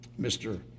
Mr